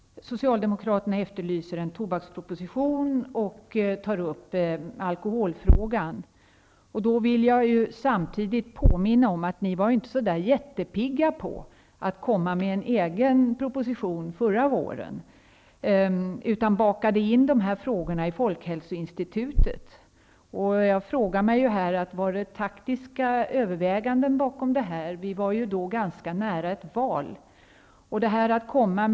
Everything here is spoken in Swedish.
Socialdemokraterna efterlyser en tobaksproposition och tar vidare upp alkoholfrågan. Jag vill samtidigt påminna om att ni socialdemokrater inte var så pigga på att lägga fram en egen proposition förra våren. Ni bakade in dessa frågor i folkhälsoinstitutets uppgifter. Var det taktiska överväganden som låg bakom? Det var ju ganska nära ett val.